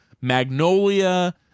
Magnolia